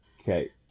Okay